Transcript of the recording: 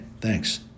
thanks